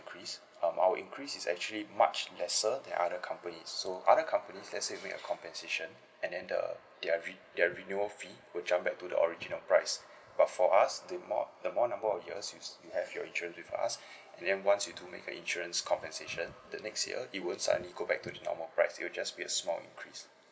increase um our increase is actually much lesser than other company so other company let's say make a compensation and then the their renew~ their renewal fee would jump back to the original price but for us the more the more number of years you you have your insurance with us and then once your do make a insurance compensation the next year it won't suddenly go back to the normal price you'll just pay a small increase